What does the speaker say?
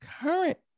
current